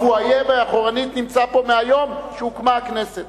הפואיה מאחור נמצא פה מהיום שהוקמה הכנסת.